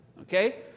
Okay